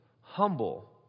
humble